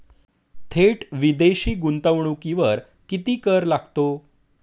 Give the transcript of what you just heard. थेट विदेशी गुंतवणुकीवर किती कर लागतो?